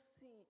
see